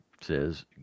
says